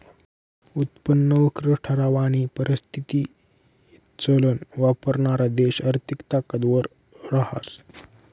उत्पन्न वक्र ठरावानी परिस्थिती चलन वापरणारा देश आर्थिक ताकदवर रहास